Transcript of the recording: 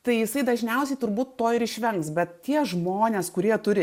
tai jisai dažniausiai turbūt to ir išvengs bet tie žmonės kurie turi